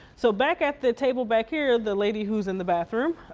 so back at the table back here the lady who's in the bathroom,